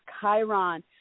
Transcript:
chiron